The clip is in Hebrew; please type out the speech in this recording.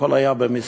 הכול היה במספרים.